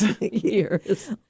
Years